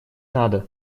надо